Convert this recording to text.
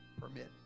permit